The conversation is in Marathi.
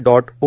dot O